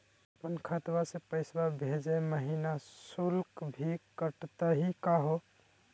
अपन खतवा से पैसवा भेजै महिना शुल्क भी कटतही का हो?